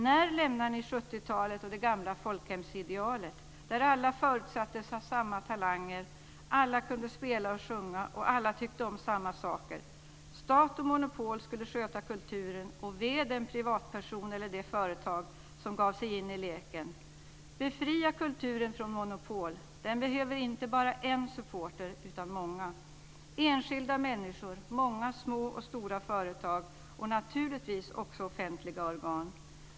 När lämnar ni 70-talet och det gamla folkhemsidealet, där alla förutsattes ha samma talanger, alla kunde spela och sjunga, och alla tyckte om samma saker? Stat och monopol skulle sköta kulturen, och ve den privatperson eller det företag som gav sig in i leken. Befria kulturen från monopol. Den behöver inte bara en supporter utan många - enskilda människor, många små och stora företag och naturligtvis också offentliga organ.